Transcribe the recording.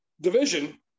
division